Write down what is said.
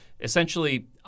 essentially